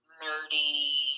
nerdy